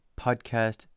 podcast